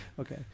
Okay